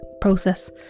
process